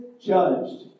judged